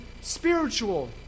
spiritual